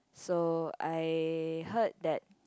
so I heard that